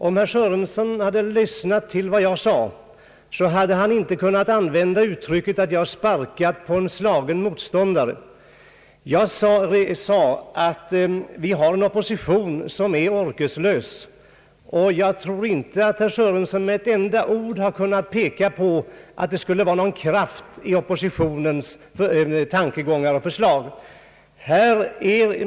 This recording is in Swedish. Om herr Sörenson hade lyssnat till vad jag sade, så hade han inte kunnat använda uttrycket att jag sparkat en slagen motståndare. Jag sade att oppositionen är orkeslös. Jag tror inte att herr Sörenson med ett enda ord har kunnat peka på att det skulle vara någon kraft i oppositionens tankegångar och förslag.